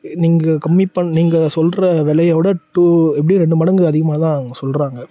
நீங்கள் கம்மி பண்ணி நீங்கள் சொல்கிற விலைய விட டூ எப்படியும் ரெண்டு மடங்கு அதிகமாக தான் அவங்க சொல்கிறாங்க